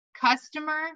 Customer